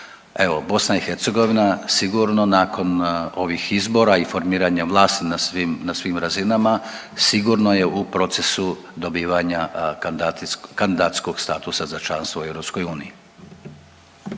Evo BiH sigurno nakon ovih izbora i formiranja vlasti na svim, na svim razinama sigurno je u procesu dobivanja kandidacijskog statusa za članstvo u EU.